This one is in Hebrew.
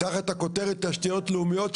תחת הכותרת תשתיות לאומיות,